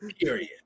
period